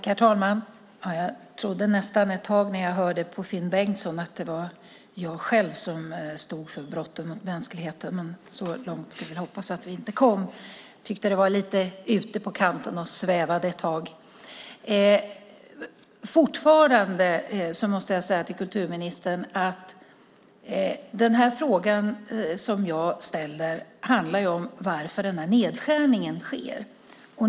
Herr talman! Jag trodde nästan ett tag när jag hörde på Finn Bengtsson att det var jag själv som stod för brotten mot mänskligheten. Men så långt får vi hoppas att vi inte kom. Jag tyckte att det var lite ute på kanten och svävade ett tag. Fortfarande måste jag säga till kulturministern att den fråga som jag ställer handlar om varför den här nedskärningen sker.